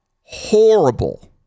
horrible